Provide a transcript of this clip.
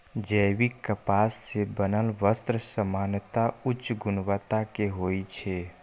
जैविक कपास सं बनल वस्त्र सामान्यतः उच्च गुणवत्ता के होइ छै